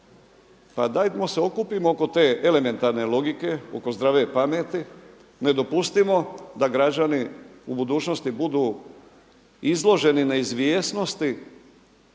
Pa dajmo se okupimo oko te elementarne logike, oko zdrave pameti, ne dopustimo da građani u budućnosti budu izloženi neizvjesnosti